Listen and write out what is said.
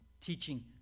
teaching